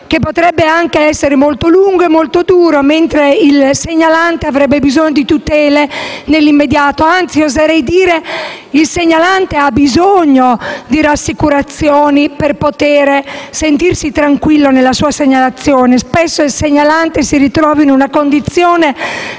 che potrebbe anche essere molto lungo e difficile, mentre il segnalante avrebbe bisogno di tutele nell'immediato. Anzi, oserei dire che il segnalante ha bisogno di rassicurazioni per potersi sentire tranquillo nella sua segnalazione. Spesso il segnalante si ritrova in una condizione